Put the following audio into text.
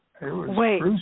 Wait